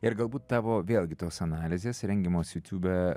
ir galbūt tavo vėlgi tos analizės rengiamos youtube